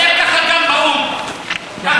דבר ככה גם באו"ם, בדיוק ככה תדבר.